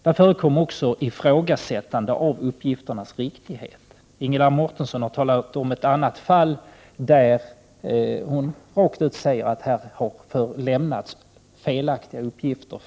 Det förekommer också att de lämnade uppgifternas riktighet ifrågasätts. Ingela Mårtensson omtalade nyss ett fall där flyktingen i fråga lär ha lämnat felaktiga uppgifter.